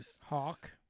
Hawk